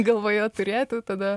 galvoje turėti tada